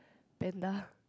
panda